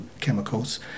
chemicals